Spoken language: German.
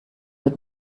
mit